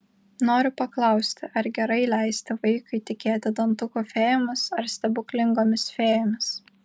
noriu paklausti ar gerai leisti vaikui tikėti dantukų fėjomis ar stebuklingomis fėjomis